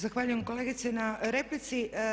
Zahvaljujem kolegice na replici.